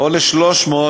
או ל-300,